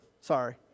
Sorry